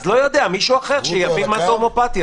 אז מישהו אחר, שיבין מה זה הומיאופתיה.